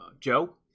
Joe